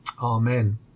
Amen